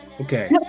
Okay